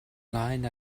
ymlaen